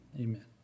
Amen